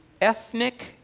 ethnic